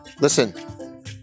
Listen